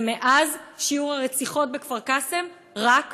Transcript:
ומאז שיעור הרציחות בכפר קאסם רק עלה,